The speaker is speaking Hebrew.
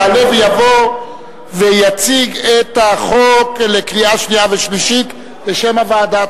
יעלה ויבוא ויציג את הצעת החוק לקריאה שנייה ושלישית בשם הוועדה.